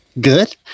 Good